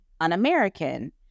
un-American